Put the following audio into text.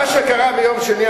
מה שקרה ביום שני,